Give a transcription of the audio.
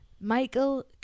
Michael